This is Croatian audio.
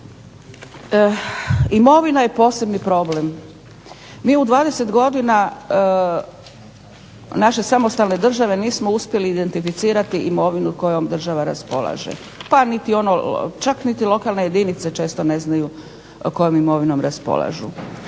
Imovina je posebni problem. Mi u 20 godina naše samostalne države nismo uspjeli identificirati imovinu kojom država raspolaže, pa niti ono, čak niti lokalne jedinice često ne znaju kojom imovinom raspolažu.